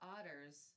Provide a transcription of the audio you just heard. Otters